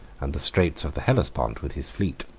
and the straits of the hellespont with his fleet.